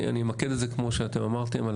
אני אמקד את זה כמו שאתם אמרתם,